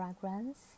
fragrance